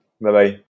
Bye-bye